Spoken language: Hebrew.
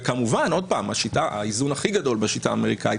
וכמובן האיזון הכי גדול בשיטה האמריקנית